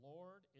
Lord